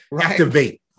activate